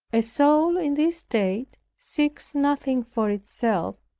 a soul in this state seeks nothing for itself,